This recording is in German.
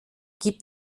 gibt